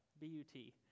B-U-T